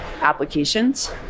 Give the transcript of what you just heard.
applications